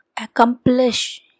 accomplish